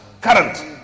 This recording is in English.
Current